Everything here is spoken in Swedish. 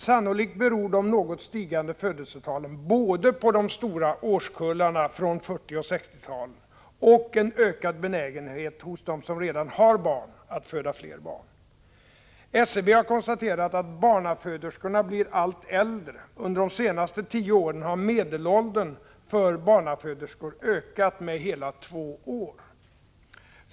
Sannolikt beror de något stigande födelsetalen både på de stora årskullarna från 40 och 60-talen och på en ökad benägenhet hos dem som redan har barn att föda flera. SCB har konstaterat att barnaföderskorna blir allt äldre. Under de senaste tio åren har medelåldern för barnaföderskor ökat med hela 4 år.